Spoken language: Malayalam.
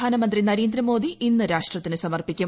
പ്രധാനമന്ത്രി നരേന്ദ്രമോദി ഇന്ന് രാഷ്ട്രത്തിന് സമർപ്പിക്കും